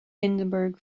hindeberg